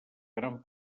gran